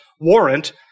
warrant